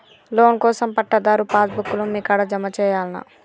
Loan కోసం పట్టాదారు pass book లు మీ కాడా జమ చేయల్నా?